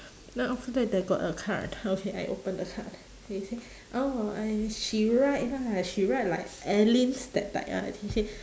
then after that there got a card okay I open the card they say oh I she write lah she write like alyn's that type lah she say